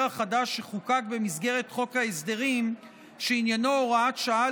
החדש שחוקק במסגרת חוק ההסדרים שעניינו הוראת שעה